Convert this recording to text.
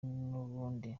n’ubundi